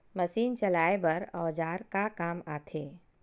Machine चलाए बर औजार का काम आथे?